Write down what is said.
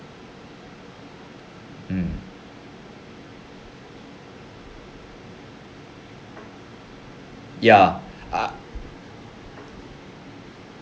mm ya err